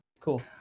Cool